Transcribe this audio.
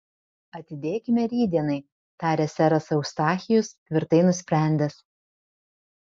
atidėkime rytdienai tarė seras eustachijus tvirtai nusprendęs